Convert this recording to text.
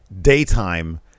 daytime